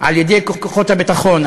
על-ידי כוחות הביטחון,